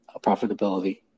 profitability